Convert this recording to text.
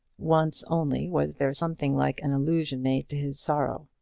once only was there something like an allusion made to his sorrow.